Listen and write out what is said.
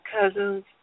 cousins